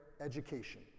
education